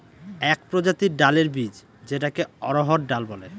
এক প্রজাতির ডালের বীজ যেটাকে অড়হর ডাল বলে